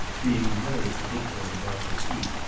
being very particular about her feet,